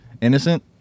innocent